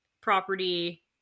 property